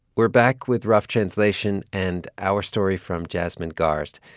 we're back with rough translation and our story from jasmine garsd,